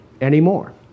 anymore